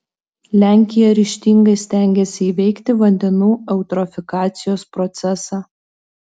lenkija ryžtingai stengiasi įveikti vandenų eutrofikacijos procesą